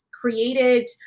created